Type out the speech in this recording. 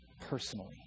personally